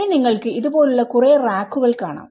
ഇനി നിങ്ങൾക്ക് ഇത്പോലുള്ള കുറേ റാക്കുകൾ കാണാം